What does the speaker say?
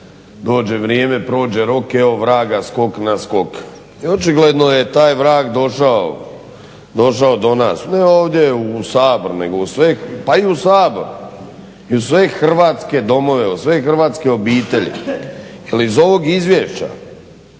dođe vrijeme, prođe rok, evo vraga skok na skok. I očigledno je taj vrag došao do nas. Ne ovdje u Sabor nego u sve, pa i u Sabor i u sve hrvatske domove, u sve hrvatske obitelji. Ili iz ovog izvješća